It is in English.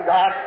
God